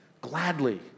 gladly